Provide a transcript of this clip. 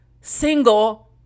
single